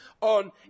on